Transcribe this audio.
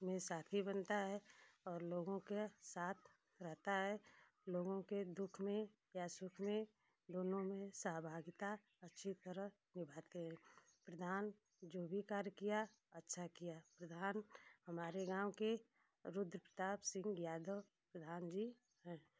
में साथी बनता है और लोगों के साथ रहता है लोगों के सुख में या दुख में दोनों में सहभागिता अच्छी तरह निभाते हैं प्रधान जो भी कार्य किया अच्छा किया प्रधान हमारे गाँव के रुद्र प्रताप यादव जी हैं